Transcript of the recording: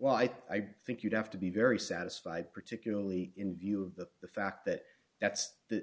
think i think you'd have to be very satisfied particularly in view of the fact that that's the